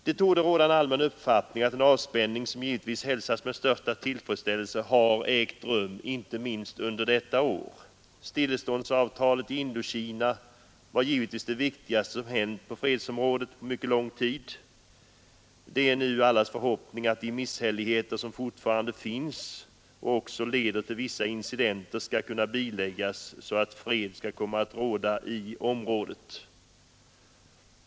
Det torde vara en allmän uppfattning att en avspänning, som givetvis hälsas med största tillfredsställelse, har ägt rum inte minst under detta år. Stilleståndsavtalet i Indokina är det viktigaste som hänt på fredsområdet på mycket lång tid. Det är nu allas förhoppning att de misshälligheter som fortfarande finns och som leder till vissa incidenter skall kunna biläggas så att fred skall komma att råda i området.